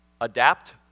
adapt